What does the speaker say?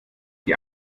die